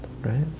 right